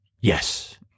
yes